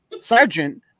sergeant